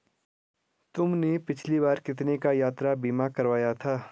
तुमने पिछली बार कितने का यात्रा बीमा करवाया था?